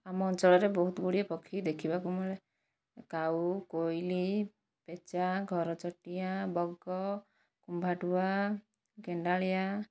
ଆମ ଅଞ୍ଚଳରେ ବହୁତଗୁଡ଼ିଏ ପକ୍ଷୀ ଦେଖିବାକୁ ମିଳେ କାଉ କୋଇଲି ପେଚା ଘରଚଟିଆ ବଗ କୁମ୍ଭାଟୁଆ ଗେଣ୍ଡାଳିଆ